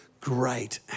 great